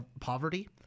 poverty